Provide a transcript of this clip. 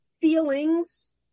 feelings